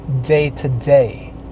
day-to-day